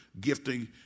gifting